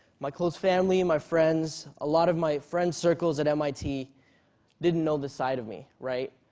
my close family and my friends, a lot of my friend circles at mit didn't know this side of me, right.